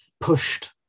pushed